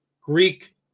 Greek